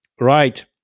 right